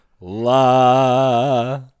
La